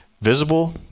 Visible